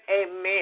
amen